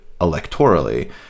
electorally